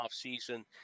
offseason